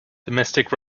domestic